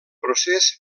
procés